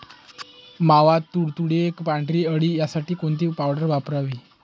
मावा, तुडतुडे, पांढरी अळी यासाठी कोणती पावडर वापरावी?